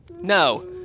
no